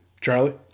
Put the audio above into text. Charlie